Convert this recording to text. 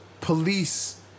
police